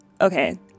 Okay